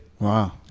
Wow